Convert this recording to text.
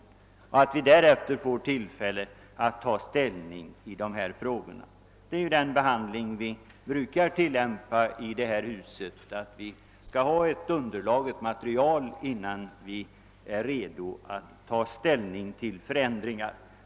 När det materialet föreligger får vi tillfälle att ta ställning i dessa frågor. Det är ju den behandlingsgång som vi brukar tillämpa i detta hus: vi skall ha ett material som underlag innan vi är redo att ta ställning till förändringar.